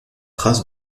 traces